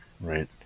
right